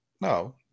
No